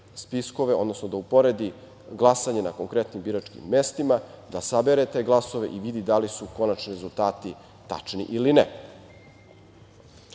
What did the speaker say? spiskove, odnosno da uporedi glasanje na konkretnim biračkim mestima, da sabere te glasove i vidi da li su konačni rezultati tačni ili